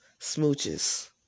Smooches